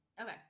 okay